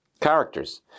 characters